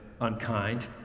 unkind